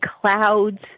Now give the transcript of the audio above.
clouds